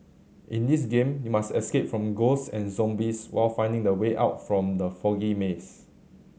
in this game you must escape from ghosts and zombies while finding the way out from the foggy maze